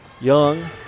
Young